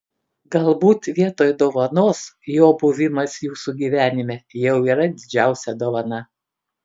galbūt vietoj dovanos jo buvimas jūsų gyvenime jau yra didžiausia dovana